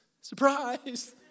surprise